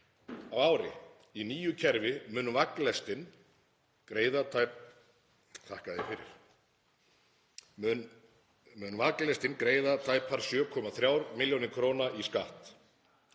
á ári. Í nýju kerfi mun vagnlestin greiða tæpar 7,3 millj. kr. í skatt.